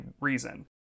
reason